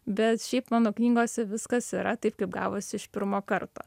bet šiaip mano knygose viskas yra taip kaip gavosi iš pirmo karto